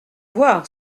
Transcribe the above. voir